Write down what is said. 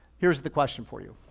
here's the question for you.